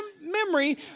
memory